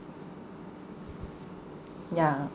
ya